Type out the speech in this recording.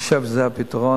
אני חושב שזה הפתרון.